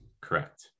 Correct